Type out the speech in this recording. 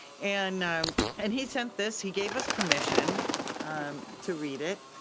and um and he sent this, he gave us permission to read it,